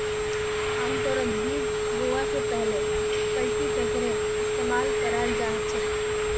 आमतौरत बीज बोवा स पहले कल्टीपैकरेर इस्तमाल कराल जा छेक